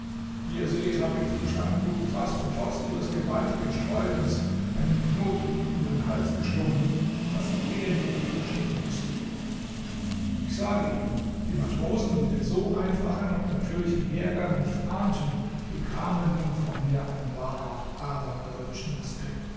wie ihr seht habe ich die schlange gut gefaßt und trotz ihres gewaltigen sträubens einen knoten in ihren hals geschlungen daß sie elendiglich ersticken mußte ich sage ihnen die matrosen die den so einfachen und natürlichen hergang nicht ahnten bekamen nun vor mir einen wahrhaft abergläubischen respekt